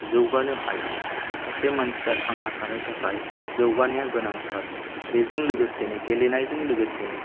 जौगानो हायो सासे मानसिया थांना थानो थाखाय जौगानाया गोनांथार बेजों लोगोसेनो गेलेनायजों लोगोसेनो